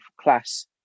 class